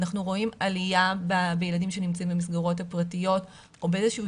אנחנו רואים עלייה בילדים שנמצאים במסגרות הפרטיות או באיזשהו